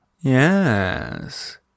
Yes